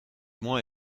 moins